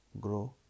grow